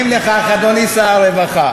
של חבר הכנסת עיסאווי פריג'.